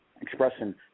Expressing